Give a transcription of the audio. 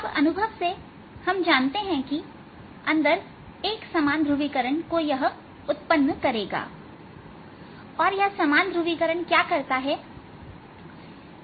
अब अनुभव से हम जानते हैं कि यह अंदर एक समान ध्रुवीकरण को उत्पन्न करेगा और यह समान ध्रुवीकरण क्या करता है